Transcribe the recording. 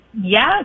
Yes